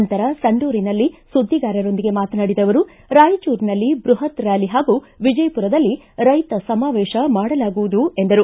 ನಂತರ ಸಂಡೂರಿನಲ್ಲಿ ಸುದ್ದಿಗಾರೊಂದಿಗೆ ಮಾತನಾಡಿದ ಅವರು ರಾಯಚೂರಿನಲ್ಲಿ ಬೃಹತ್ ರ್ಕಾಲಿ ಹಾಗೂ ವಿಜಯಪುರದಲ್ಲಿ ರೈತ ಸಮಾವೇಶ ಮಾಡಲಾಗುವುದು ಎಂದರು